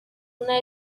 una